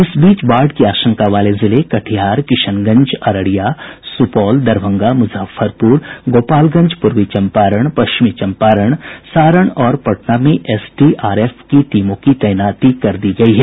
इस बीच बाढ़ की आशंका वाले जिले कटिहार किशनगंज अररिया सुपौल दरभंगा मुजफ्फरपुर गोपालगंज पूर्वी चम्पारण पश्चिमी चम्पारण सारण और पटना में एसडीआरएफ की टीमों की तैनाती कर दी गयी है